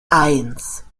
eins